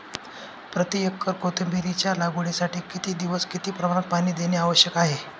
प्रति एकर कोथिंबिरीच्या लागवडीसाठी किती दिवस किती प्रमाणात पाणी देणे आवश्यक आहे?